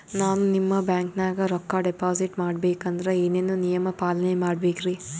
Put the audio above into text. ನಾನು ನಿಮ್ಮ ಬ್ಯಾಂಕನಾಗ ರೊಕ್ಕಾ ಡಿಪಾಜಿಟ್ ಮಾಡ ಬೇಕಂದ್ರ ಏನೇನು ನಿಯಮ ಪಾಲನೇ ಮಾಡ್ಬೇಕ್ರಿ?